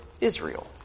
Israel